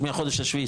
מהחודש השביעי,